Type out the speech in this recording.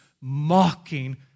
mocking